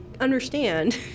understand